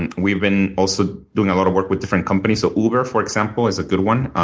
and we've been also doing a lot of work with different companies. so uber, for example, is a good one.